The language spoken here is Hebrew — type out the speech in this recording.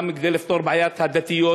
גם כדי לפתור את בעיית הדתיות.